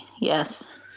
Yes